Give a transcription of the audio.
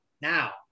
Now